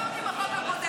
הוצאת אותי בחוק הקודם,